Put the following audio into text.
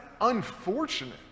unfortunate